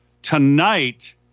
tonight